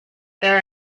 there